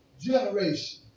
generation